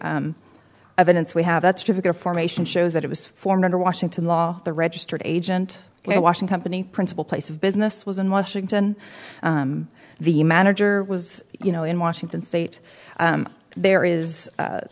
evidence we have that's trigger formation shows that it was formed under washington law the registered agent a washing company principal place of business was in washington the manager was you know in washington state there is